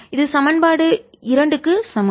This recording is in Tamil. இது சமன்பாடு இரண்டுக்கு சமம்